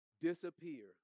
Disappear